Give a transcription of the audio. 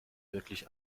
wirklich